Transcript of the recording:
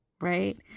Right